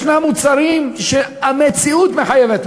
יש מוצרים שהמציאות מחייבת,